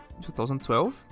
2012